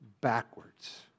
backwards